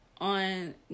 on